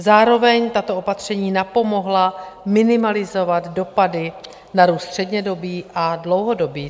Zároveň tato opatření napomohla minimalizovat dopady na růst střednědobý a dlouhodobý.